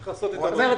זאת אומרת,